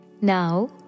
Now